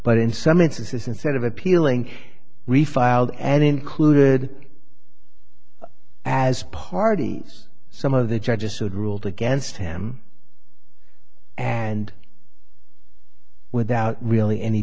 but in some instances instead of appealing refiled and included as party some of the judges would ruled against him and without really any